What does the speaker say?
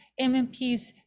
MMPs